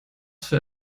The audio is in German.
für